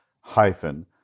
hyphen